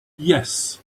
yes